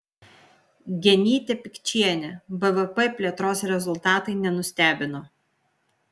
genytė pikčienė bvp plėtros rezultatai nenustebino